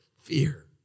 fear